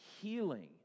healing